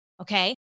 okay